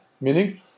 Meaning